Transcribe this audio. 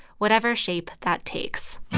whatever shape that takes